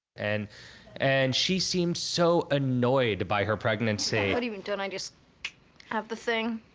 and and she seems so annoyed by her pregnancy. what do you mean? don't i just have the thing?